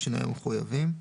בשינויים המחויבים.